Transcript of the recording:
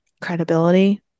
credibility